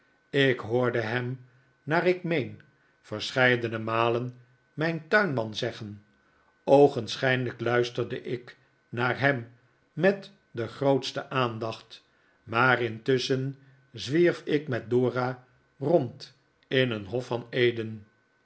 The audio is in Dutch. ik hoorde hem naar ik meen verscheidene malen mijn tuinman zeggen oogenschijnlijk luisterde ik naar hem met de grootste aandacht inaar intusschen zwierf ik met dora rond in een hof van eden